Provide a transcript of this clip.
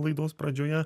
laidos pradžioje